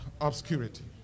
Obscurity